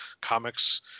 comics